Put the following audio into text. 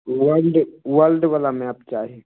world वर्ल्डबला map चाही